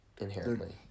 inherently